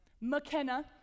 McKenna